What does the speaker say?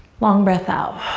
long breath out.